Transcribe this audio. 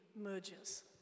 mergers